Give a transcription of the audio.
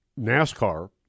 NASCAR